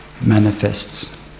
manifests